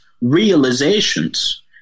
realizations